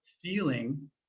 feeling